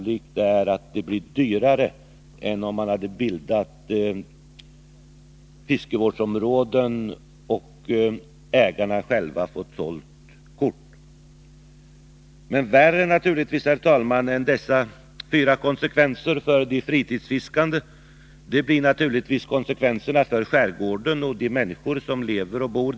Sannolikt är att det blir dyrare än om man hade bildat fiskevårdsområden och ägarna själva fått sälja kort. Men värre än dessa fyra konsekvenser för de fritidsfiskande blir naturligtvis konsekvenserna för skärgården och de människor som där lever och bor.